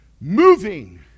moving